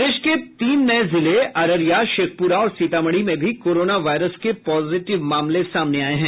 प्रदेश के तीन नये जिले अररिया शेखपुरा और सीतामढ़ी में भी कोरोना वायरस के पॉजिटिव मामले सामने आये हैं